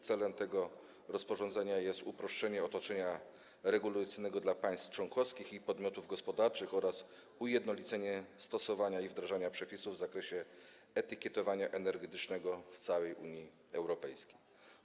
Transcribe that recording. Celem tego rozporządzenia jest uproszczenie otoczenia regulacyjnego dla państw członkowskich i podmiotów gospodarczych oraz ujednolicenie stosowania i wdrażania przepisów w zakresie etykietowania energetycznego w całej Unii Europejskiej.